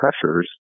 pressures